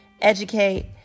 educate